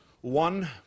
One